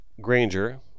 Granger